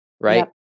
Right